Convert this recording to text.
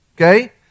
okay